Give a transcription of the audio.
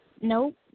Nope